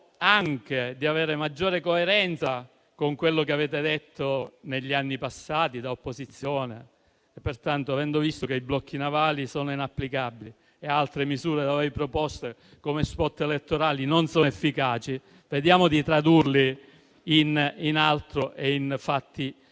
anche di avere maggiore coerenza con quello che avete detto negli anni passati da opposizione e pertanto, avendo visto che i blocchi navali sono inapplicabili e altre misure da voi proposte come *spot* elettorali non sono efficaci: vediamo di tradurre tutto questo in altro e in fatti